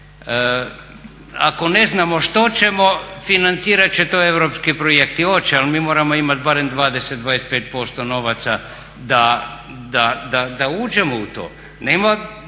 Ako ne znamo što ćemo financirat će to europski projekti. Hoće, ali mi moramo imati barem 20, 25% novaca da uđemo u to. Nema